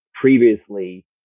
previously